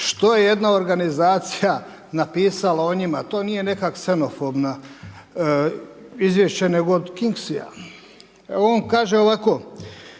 što je jedna organizacija napisala o njima. To nije neke ksenofobna, izvješće nego od …/Govornik se ne